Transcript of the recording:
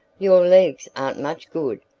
your legs aren't much good,